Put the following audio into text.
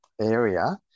Area